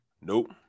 Nope